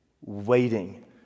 waiting